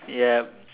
yup